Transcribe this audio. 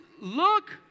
look